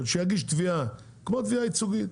והוא יכול להגיש כמו תביעה ייצוגית